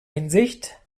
hinsicht